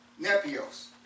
nepios